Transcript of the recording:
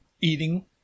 eating